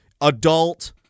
adult